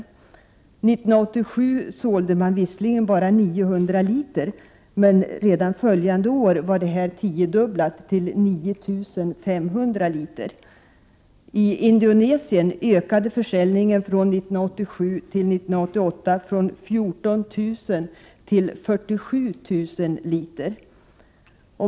1987 sålde man visserligen bara 900 liter, men redan följande år var mängden den tiodubbla eller 9 500 liter. I Indonesien ökade försäljningen mellan 1987 och 1988 från 14 000 till 47 000 liter.